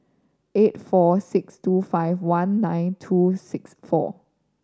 eight four six two five one nine two six four